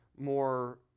more